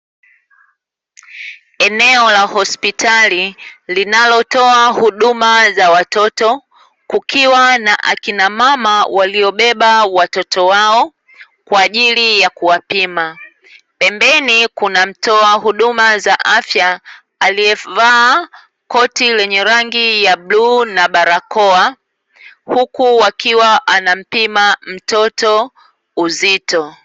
Eneo la hospitali linalotoa huduma za watoto kukiwa na akina mama walio beba watoto wao kwa ajili ya kuwapima, pembeni kunamtoa huduma za afya alievaa koti lenye rangi ya bluu na barakoa huku akiwa anampima mtoto uzito.